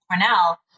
Cornell